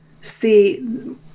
see